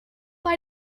lie